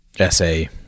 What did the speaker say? essay